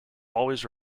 always